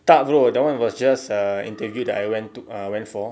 tak bro that [one] was just uh interview that I went to went for